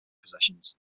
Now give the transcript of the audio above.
possessions